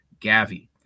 Gavi